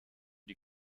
die